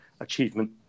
achievement